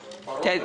ברודה.